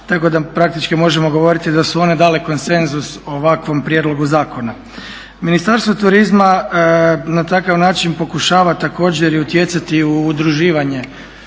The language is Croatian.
tako da praktički možemo govoriti da su one dale ovakvom prijedlogu zakona. Ministarstvo turizma na takav način pokušava također i utjecati na udruživanje